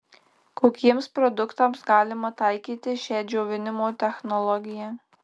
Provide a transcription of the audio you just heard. kokiems produktams galima taikyti šią džiovinimo technologiją